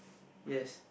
yes